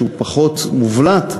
שהוא פחות מובלט,